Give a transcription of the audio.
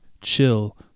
chill